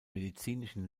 medizinischen